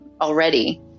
already